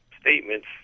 statements